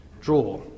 draw